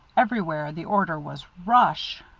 everywhere the order was, rush!